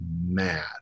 mad